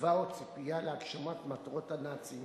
תקווה או ציפייה להגשמת מטרות הנאצים